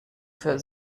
für